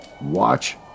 watch